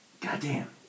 Goddamn